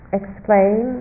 explain